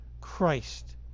Christ